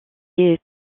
est